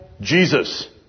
Jesus